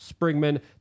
Springman